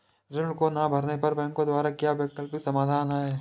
ऋण को ना भरने पर बैंकों द्वारा क्या वैकल्पिक समाधान हैं?